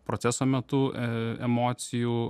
proceso metu e emocijų